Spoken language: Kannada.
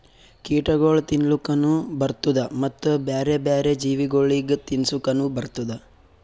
ಕೀಟಗೊಳ್ ತಿನ್ಲುಕನು ಬರ್ತ್ತುದ ಮತ್ತ ಬ್ಯಾರೆ ಬ್ಯಾರೆ ಜೀವಿಗೊಳಿಗ್ ತಿನ್ಸುಕನು ಬರ್ತ್ತುದ